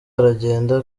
aragenda